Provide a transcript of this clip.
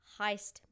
heist